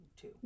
two